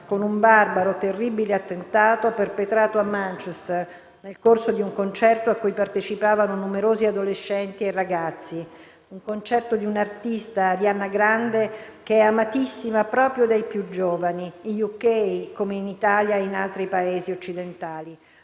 con un barbaro, terribile attentato perpetrato a Manchester, nel corso di un concerto a cui partecipavano numerosi adolescenti e ragazzi; un concerto di un'artista, Ariana Grande, che è amatissima proprio dai più giovani, nel Regno Unito come in Italia e in altri Paesi occidentali;